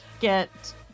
get